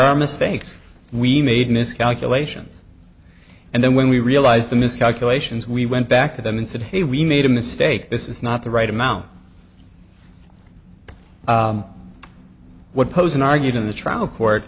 are mistakes we made miscalculations and then when we realized the miscalculations we went back to them and said hey we made a mistake this is not the right amount what posen argued in the trial court